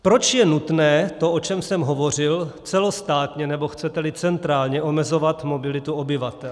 Proč je nutné to, o čem jsem hovořil celostátně, nebo chceteli centrálně omezovat mobilitu obyvatel.